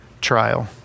trial